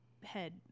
head